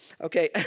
Okay